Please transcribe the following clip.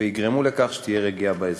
ויגרמו לכך שתהיה רגיעה באזור.